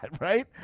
right